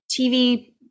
TV